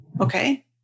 Okay